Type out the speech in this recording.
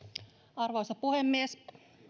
arvoisa puhemies